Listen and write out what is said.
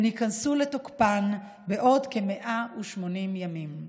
והן ייכנסו לתוקפן בעוד כ-180 ימים.